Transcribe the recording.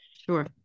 Sure